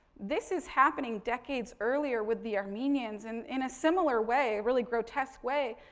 this is happening decades earlier with the armenians and in a similar way, really grotesque way.